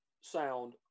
Sound